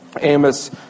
Amos